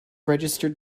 registered